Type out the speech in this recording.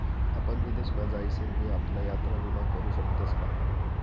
आपण विदेश मा जाईसन भी आपला यात्रा विमा करू शकतोस का?